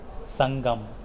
Sangam